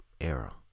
era